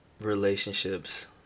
relationships